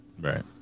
right